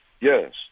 Yes